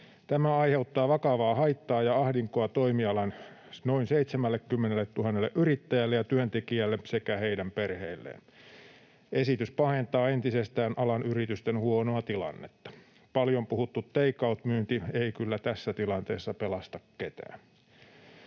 Tämä aiheuttaa vakavaa haittaa ja ahdinkoa toimialan noin 70 000 yrittäjälle ja työntekijälle sekä heidän perheilleen. Esitys pahentaa entisestään alan yritysten huonoa tilannetta. Paljon puhuttu take-out-myynti ei kyllä tässä tilanteessa pelasta ketään.